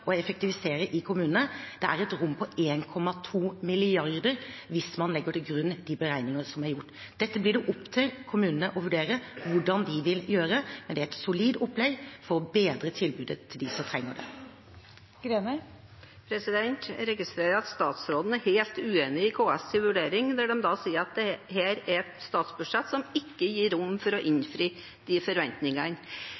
det på 1,2 mrd. kr hvis man legger til grunn de beregninger som er gjort. Dette blir det opp til kommunene å vurdere hvordan de vil gjøre, men det er et solid opplegg for å bedre tilbudet til dem som trenger det. Jeg registrerer at statsråden er helt uenig i KS’ vurdering, der de sier at dette er et statsbudsjett som ikke gir rom for å